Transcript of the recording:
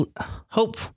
hope